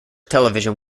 television